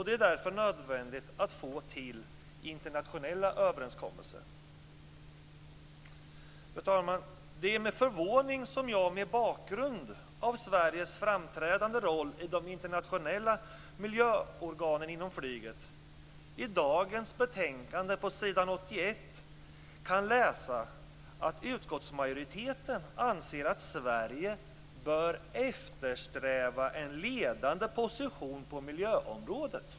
Det är därför nödvändigt att få till internationella överenskommelser. Fru talman! Det är med förvåning som jag mot bakgrund av Sveriges framträdande roll i de internationella miljöorganen inom flyget i dagens betänkande på s. 81 kan läsa att utskottsmajoriteten anser att Sverige bör eftersträva en ledande position på miljöområdet.